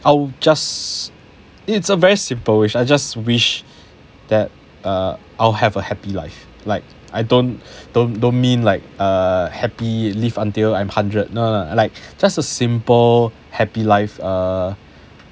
I'll just it's a very simple wish I just wish that uh I'll have a happy life like I don't don't don't mean like err happy live until I'm hundred no lah like just a simple happy life err